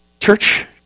church